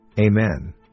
amen